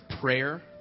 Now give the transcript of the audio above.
prayer